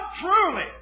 truly